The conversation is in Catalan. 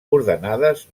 ordenades